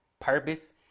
purpose